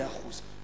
מאה אחוז.